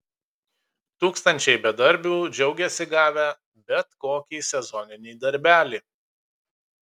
tūkstančiai bedarbių džiaugiasi gavę bet kokį sezoninį darbelį